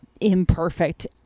imperfect